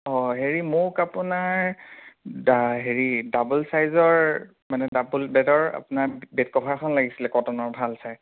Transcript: অ' হেৰি মোক আপোনাৰ দা হেৰি দাবল চাইজৰ মানে দাবল বেডৰ আপোনাৰ বেডকভাৰ এখন লাগিছিলে কটনৰ ভাল চাই